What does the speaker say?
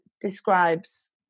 describes